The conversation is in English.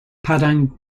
padang